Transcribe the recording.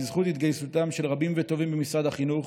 בזכות התגייסותם של רבים וטובים במשרד החינוך,